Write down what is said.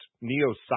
Neo's